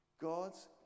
God's